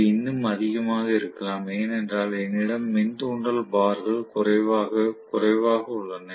இது இன்னும் அதிகமாக இருக்கலாம் ஏனென்றால் என்னிடம் மின் தூண்டல் பார்கள் குறைவாக உள்ளன